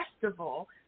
festival